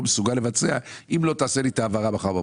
לא מסוגל לבצע אם לא תעשה לי את ההעברה מחר בבוקר.